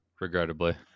regrettably